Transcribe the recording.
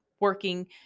working